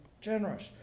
generous